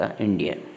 India